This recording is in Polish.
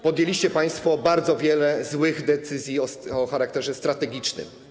Podjęliście państwo bardzo wiele złych decyzji o charakterze strategicznym.